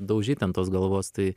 daužyt ten tos galvos tai